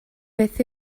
beth